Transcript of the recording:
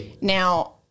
Now